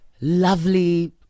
lovely